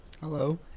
Hello